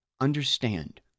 Understand